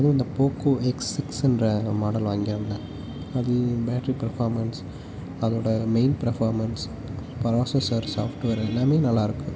அதுவும் இந்த Poco X six என்ற மாடல் வாங்கி இருந்தேன் அது பேட்ரி பெர்ஃபார்மன்ஸ் அதோடய மெயின் ப்ரஃபார்மன்ஸ் பராசஸர் சாஃப்ட்வேர் எல்லாமே நல்லா இருக்குது